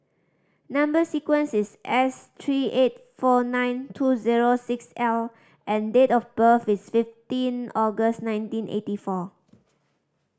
number sequence is S three eight four nine two zero six L and date of birth is fifteen August nineteen eighty four